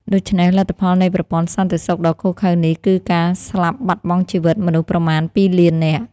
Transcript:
ដូច្នេះ លទ្ធផលនៃប្រព័ន្ធសន្តិសុខដ៏ឃោរឃៅនេះគឺការស្លាប់បាត់បង់ជីវិតមនុស្សប្រមាណ ២ លាននាក់ ។